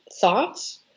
thoughts